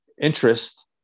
interest